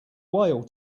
whale